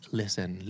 listen